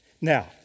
Now